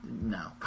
no